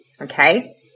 okay